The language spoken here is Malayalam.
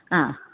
ആ